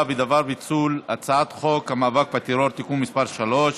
בדבר פיצול הצעת חוק המאבק בטרור (תיקון מס' 3),